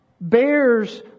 bears